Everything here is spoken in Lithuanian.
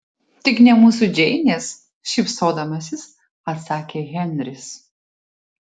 tik ne mūsų džeinės šypsodamasis atsakė henris